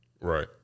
Right